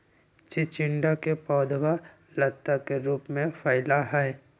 चिचिंडा के पौधवा लता के रूप में फैला हई